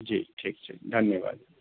जी ठीक छै धन्यवाद